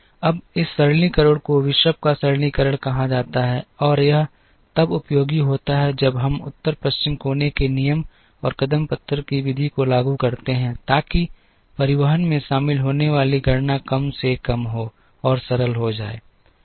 अब इस सरलीकरण को बिशप का सरलीकरण कहा जाता है और यह तब उपयोगी होता है जब हम उत्तर पश्चिम कोने के नियम और कदम पत्थर की विधि को लागू करते हैं ताकि परिवहन में शामिल होने वाली गणना कम से कम हो और सरल हो जाए